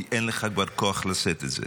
כי אין לך כבר כוח לשאת את זה.